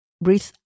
breathe